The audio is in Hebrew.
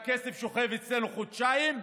שהכסף שוכב אצלנו חודשיים,